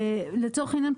לצורך העניין,